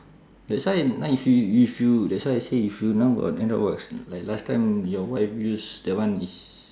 that's why now you feel you feel that's why I say you feel now got ana~ box like last time your wife use that one is